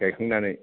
गायखांनानै